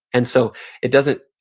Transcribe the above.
and so it doesn't,